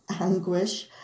anguish